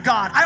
God